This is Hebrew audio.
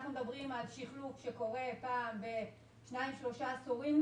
אנחנו מדברים על שחלוף שקורה פעם בשניים-שלושה עשורים.